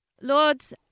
Lords